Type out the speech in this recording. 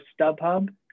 StubHub